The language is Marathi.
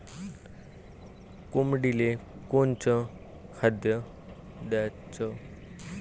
कोंबडीले कोनच खाद्य द्याच?